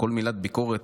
כל מילת ביקורת,